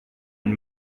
and